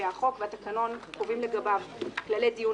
שהחוק והתקנון קובעים לגביו כללי דיון